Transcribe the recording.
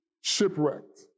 shipwrecked